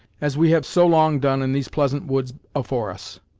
as we have so long done in these pleasant woods afore us!